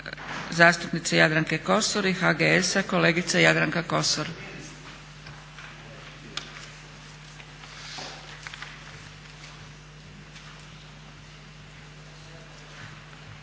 zastupnice Jadranke Kosor i HGS-a kolegica Jadranka Kosor.